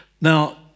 Now